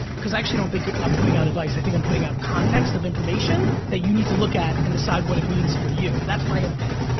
cause i actually don't think i'm putting out advice i think i'm putting out context of information that you need to look at and decide what it means for you that's my intent.